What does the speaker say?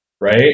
Right